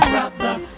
Brother